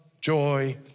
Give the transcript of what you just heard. joy